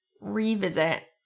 revisit